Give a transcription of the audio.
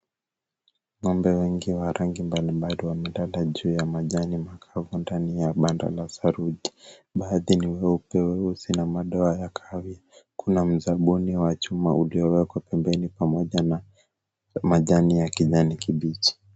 Ng'ombe wengi wa rangi mbalimbali wamelala juu ya majani makavu ndani ya banda la saruji. Baadhi ni weupe, weusi na madoa ya kahawia. Kando kuna mzabuni mweupe wa chuma uliowekwa pembeni pamoja na majani ya kijani kibichi.